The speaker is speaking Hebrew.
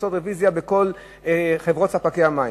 לעשות רוויזיה בכל חברות ספקי המים.